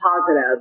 positive